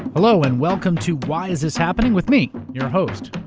hello and welcome to why is this happening? with me, your host,